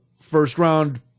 first-round